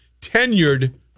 tenured